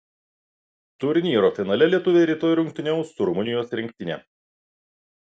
turnyro finale lietuviai rytoj rungtyniaus su rumunijos rinktine